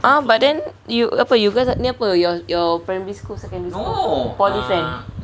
!huh! but then you apa you guys ni apa your primary school secondary school poly friend